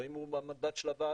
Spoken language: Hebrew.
האם הוא במנדט של הוועדה?